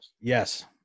Yes